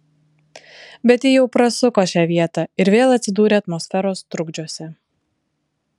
bet ji jau prasuko šią vietą ir vėl atsidūrė atmosferos trukdžiuose